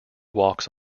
walks